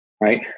Right